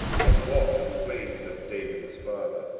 and walked in the ways of david his father,